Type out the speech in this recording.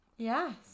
Yes